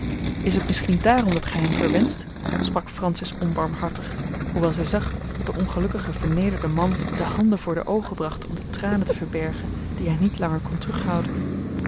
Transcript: is het misschien daarom dat gij hem verwenscht sprak francis onbarmhartig hoewel zij zag dat de ongelukkige vernederde man de handen voor de oogen bracht om de tranen te verbergen die hij niet langer kon terughouden